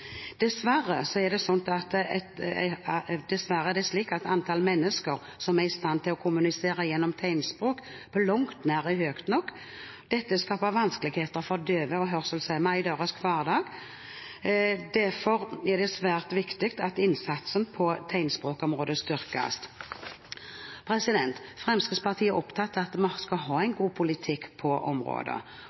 Dessverre er det slik at antallet mennesker som er i stand til å kommunisere gjennom tegnspråk, på langt nær er høyt nok. Dette skaper vanskeligheter for døve og hørselshemmede i deres hverdag. Derfor er det svært viktig at innsatsen på tegnspråkområdet styrkes. Fremskrittspartiet er opptatt av at vi skal ha en god politikk på